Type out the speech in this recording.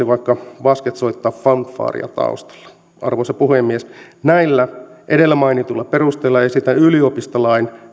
vaikka vasket soittaa fanfaaria taustalla arvoisa puhemies näillä edellä mainituilla perusteilla esitän yliopistolain